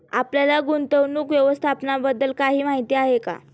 आपल्याला गुंतवणूक व्यवस्थापनाबद्दल काही माहिती आहे का?